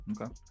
Okay